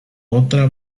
otra